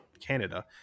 Canada